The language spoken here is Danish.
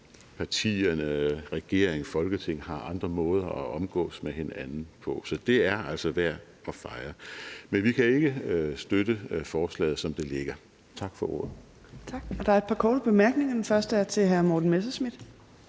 partier, regering og parlament har andre måder at omgås hinanden på. Så det er altså værd at fejre. Men vi kan ikke støtte forslaget, som det ligger. Tak for ordet.